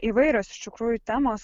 įvairios iš tikrųjų temos